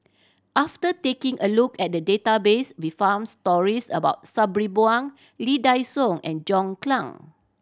after taking a look at the database we found stories about Sabri Buang Lee Dai Soh and John Clang